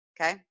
Okay